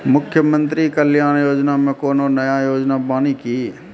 मुख्यमंत्री कल्याण योजना मे कोनो नया योजना बानी की?